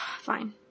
Fine